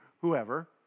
whoever